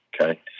okay